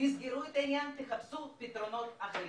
תסגרו את העניין, תחפשו פתרונות אחרים.